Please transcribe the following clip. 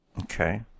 Okay